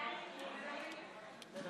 אז מאחר